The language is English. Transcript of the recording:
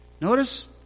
Notice